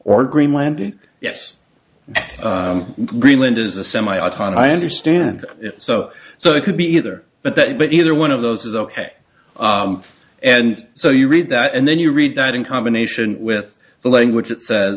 or greenland yes greenland is a semi autonomous i understand it so so it could be either but that but either one of those is ok and so you read that and then you read that in combination with the language that